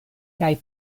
kaj